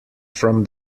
from